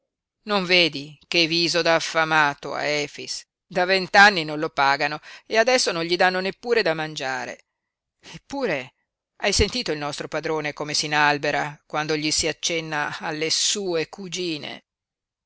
non vedi che viso da affamato ha efix da vent'anni non lo pagano e adesso non gli danno neppure da mangiare eppure hai sentito il nostro padrone come s'inalbera quando gli si accenna alle sue cugine